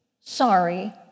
Sorry